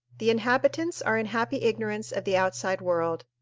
the inhabitants are in happy ignorance of the outside world.